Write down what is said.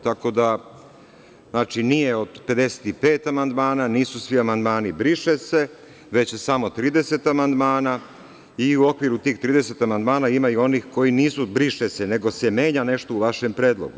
Tako da, znači, nije od 55 amandmana, nisu svi amandmani „briše se“, već je samo 30 amandmana i u okviru tih 30 amandmana ima i onih koji nisu „briše se“, nego se menja nešto u vašem predlogu.